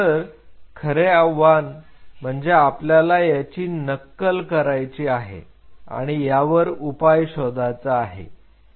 तर खरे आव्हान म्हणजे आपल्याला याची नक्कल करायचे आहे आणि यावर उपाय शोधायचा आहे